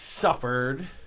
suffered